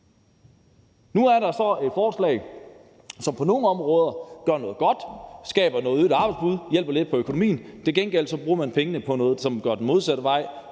Nu er der så et forslag, som på nogle områder gør noget godt, skaber noget øget arbejdsudbud og hjælper lidt på økonomien. Til gengæld bruger man pengene på noget, som går den modsatte vej.